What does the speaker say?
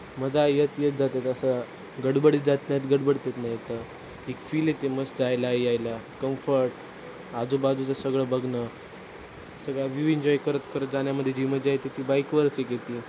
मजा येत येत जातात असं गडबडीत जात नाहीत गडबडीत येत नाहीत एक फील येते मस्त जायला यायला कम्फर्ट आजूबाजूचं सगळं बघणं सगळा व्यू इन्जॉय करत करत जाण्यामध्ये जी मजा येते ती बाईकवरच